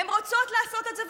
הן רוצות לעשות את זה,